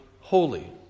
holy